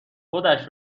خودش